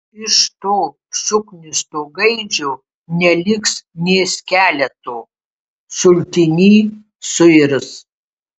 iš to suknisto gaidžio neliks nė skeleto sultiny suirs